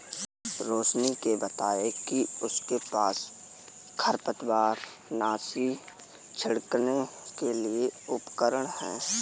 रोशिनी ने बताया कि उसके पास खरपतवारनाशी छिड़कने के लिए उपकरण है